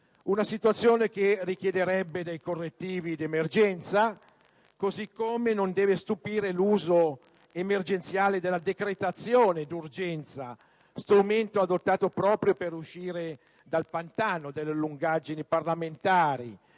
una situazione che richiederebbe dei correttivi di emergenza. Allo stesso modo, non deve stupire l'uso emergenziale della decretazione d'urgenza, strumento adottato proprio per uscire dal pantano delle lungaggini parlamentari.